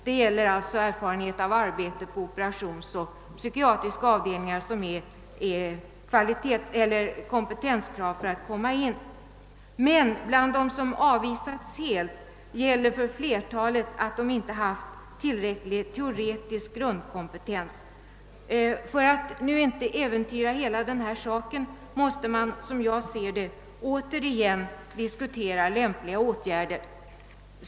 Det är alltså fråga om erfarenhet av arbete på operationsoch psykiatriska avdelningar, vilket utgör ett kompetenskrav för inträde. Men beträffande de flesta av dem som avvisas gäller att de inte haft tillräcklig teoretisk grundkompetens. För att nu inte äventyra hela saken måste man, enligt min mening, återigen diskutera lämpliga åtgärder.